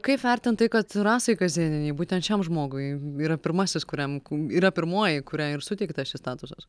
kaip vertint tai kad rasai kazėnienei būtent šiam žmogui yra pirmasis kuriam ku yra pirmoji kuriai ir suteiktas šis statusas